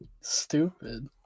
Stupid